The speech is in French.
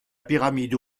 pyramide